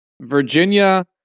Virginia